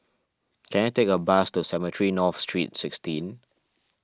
can I take a bus to Cemetry North Street sixteen